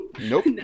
Nope